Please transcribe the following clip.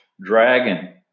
dragon